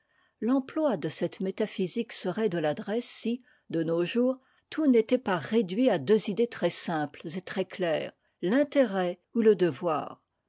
l'emploi de cette métaphysique serait de l'adresse si de nos jours tout n'était pas réduit à deux idées très simptes et trèsclaires l'intérêt ou le devoir